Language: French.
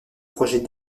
projet